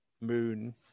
moon